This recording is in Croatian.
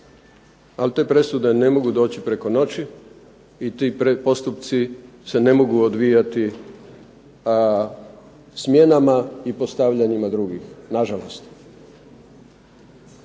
ali te presude ne mogu doći preko noći i ti postupci se ne mogu odvijati smjenama i postavljanjima drugih, nažalost.